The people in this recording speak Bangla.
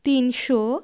তিনশো